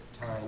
time